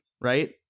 right